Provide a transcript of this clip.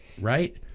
right